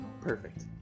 Perfect